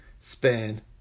span